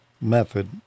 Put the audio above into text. method